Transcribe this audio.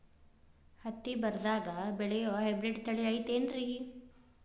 ಹತ್ತಿ ಬರದಾಗ ಬೆಳೆಯೋ ಹೈಬ್ರಿಡ್ ತಳಿ ಐತಿ ಏನ್ರಿ?